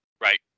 Right